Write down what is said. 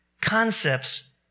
Concepts